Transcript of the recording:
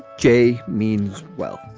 jay means, well,